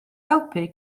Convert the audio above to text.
helpu